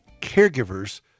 caregivers